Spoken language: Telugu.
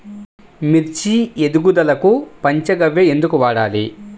మిర్చి ఎదుగుదలకు పంచ గవ్య ఎందుకు వాడాలి?